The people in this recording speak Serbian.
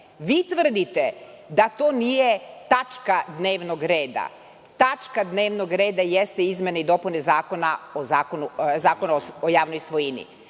tvrdite da to nije tačka dnevnog reda. Tačka dnevnog reda jeste izmene i dopune Zakona o javnoj svojini.